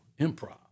improv